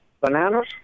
bananas